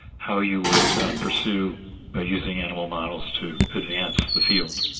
how you would pursue ah using animal models to advance the field?